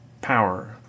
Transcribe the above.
power